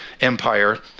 Empire